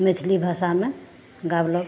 मैथिली भाषामे गाओलक